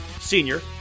senior